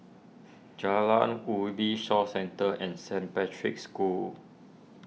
Jalan Ubi Shaw Centre and Saint Patrick's School